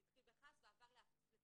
זה התחיל בכעס ועבר לתחנונים.